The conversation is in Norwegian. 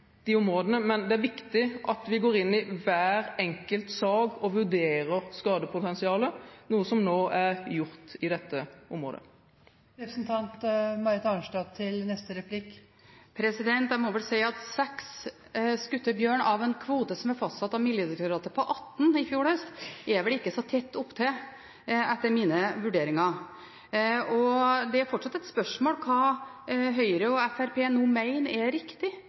de områdene, derav det brevet som gikk ut 28. april i år. Men det er viktig at vi går inn i hver enkelt sak og vurderer skadepotensialet, noe som nå er gjort i dette området. Jeg må si at 6 skutte bjørn av en kvote på 18 som ble fastsatt av Miljødirektoratet i fjor høst, vel ikke er så tett opptil, etter mine vurderinger. Det er fortsatt et spørsmål hva Høyre og Fremskrittspartiet nå mener er riktig